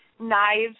Knives